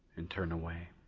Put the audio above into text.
and turn away.